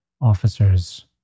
officers